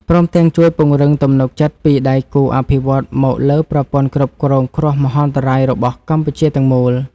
ព្រមទាំងជួយពង្រឹងទំនុកចិត្តពីដៃគូអភិវឌ្ឍន៍មកលើប្រព័ន្ធគ្រប់គ្រងគ្រោះមហន្តរាយរបស់កម្ពុជាទាំងមូល។